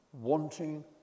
wanting